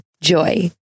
Joy